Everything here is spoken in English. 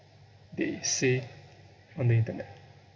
they say on the internet